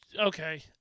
Okay